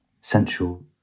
central